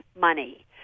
money